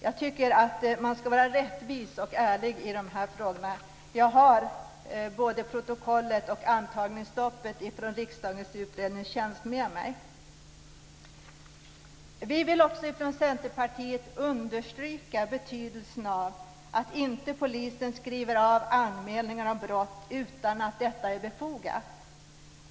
Jag tycker att man ska vara rättvis och ärlig i de här frågorna. Jag har både protokollet och antagningsstoppet med mig från Riksdagens utredningstjänst. Vi vill också från Centerpartiet understryka betydelsen av att polisen inte skriver av anmälningar om brott utan att det är befogat.